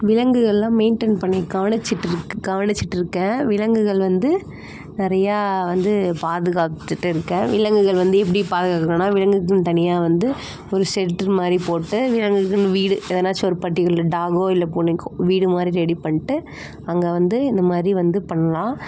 விலங்குகள்லாம் மெயிண்டன் பண்ணி கவனிச்சுட்டு இருக்கே கவனிச்சுட்டு இருக்கேன் விலங்கள் வந்து நிறையா வந்து பாதுகாத்துட்டு இருக்கேன் விலங்குகள் வந்து எப்படி பாதுகாக்கணும்னா விலங்குக்குன்னு தனியாக வந்து ஒரு ஷெட்டர் மாதிரி போட்டு விலங்குக்குன்னு வீடு எதனாச்சும் ஒரு பர்டிகுலர் டாகோ இல்லை பூனைக்கோ வீடு மாதிரி ரெடி பண்ணிட்டு அங்கே வந்து இந்த மாதிரி வந்து பண்ணலாம்